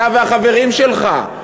אתה והחברים שלך?